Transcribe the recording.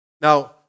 Now